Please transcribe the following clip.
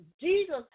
Jesus